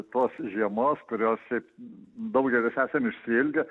tos žiemos kurios šiaip daugelis esam išsiilgę